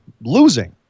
losing